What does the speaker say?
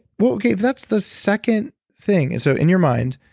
well okay if that's the second thing. and so in your mind,